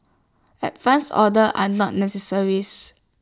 advance orders are not